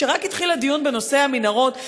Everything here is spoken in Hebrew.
כשרק התחיל הדיון בנושא המנהרות,